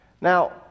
Now